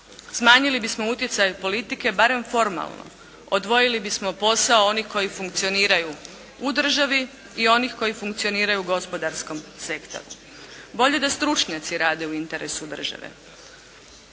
smanjili bismo utjecaj politike barem formalno, odvojili bismo posao onih koji funkcioniraju u državi i onih koji funkcioniraju u gospodarskom sektoru. Bolje da stručnjaci rade u interesu države.